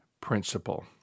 principle